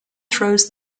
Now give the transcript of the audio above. throws